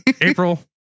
April